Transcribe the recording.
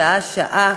שעה-שעה,